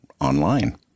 online